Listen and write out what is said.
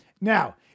Now